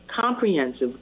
comprehensive